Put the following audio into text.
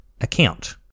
account